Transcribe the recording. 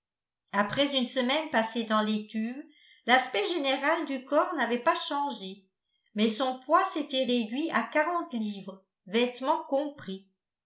après une semaine passée dans l'étuve l'aspect général du corps n'avait pas changé mais son poids s'était réduit à livres vêtements compris